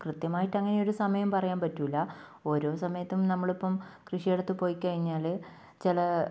കൃത്യമായിട്ട് അങ്ങനെ ഒരു സമയം പറയാൻ പറ്റൂല്ല ഓരോ സമയത്തും നമ്മളിപ്പം കൃഷിയിടത്ത് പോയിക്കഴിഞ്ഞാൽ ചില